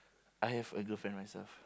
I have a girlfriend myself